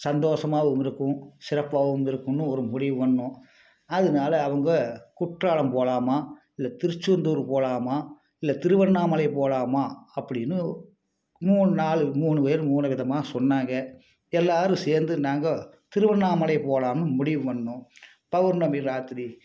சந்தோஷமாவும் இருக்கும் சிறப்பாவும் இருக்குன்னு ஒரு முடிவு பண்ணிணோம் அதனால அவுங்க குற்றாலம் போகலாமா இல்லை திருச்செந்தூர் போகலாமா இல்லை திருவண்ணாமலை போகலாமா அப்படின்னு மூணு நாள் மூணு பேர் மூணு விதமா சொன்னாங்க எல்லோரும் சேர்ந்து நாங்கோ திருவண்ணாமலை போகலான்னு முடிவு பண்ணிணோம் பௌர்ணமி ராத்திரி